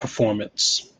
performance